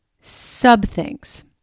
sub-things